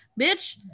Bitch